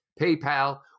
PayPal